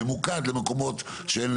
ממוקד למקומות שאין